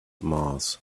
mass